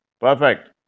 perfect